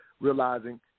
realizing